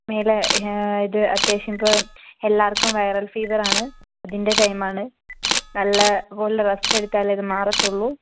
മേലെ ഇത് അത്യാവശ്യം ഇപ്പോൾ എല്ലാർക്കും വൈറൽ ഫീവർ ആണ് അതിൻ്റെ ടൈം ആണ് നല്ലത് പോലെ റസ്റ്റ് എടുത്താലേ ഇത് മാറത്തുള്ളൂ